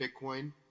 Bitcoin